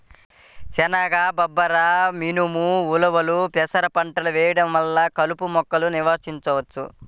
శనగ, బబ్బెర, మినుము, ఉలవలు, పెసర పంటలు వేయడం వలన కలుపు మొక్కలను నివారించవచ్చు